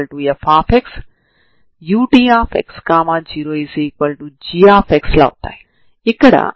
u1xt ప్రారంభ సమాచారం f మరియు g గా కలిగిన తరంగ సమీకరణం